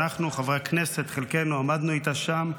ואנחנו, חברי הכנסת, חלקנו, עמדנו איתה שם.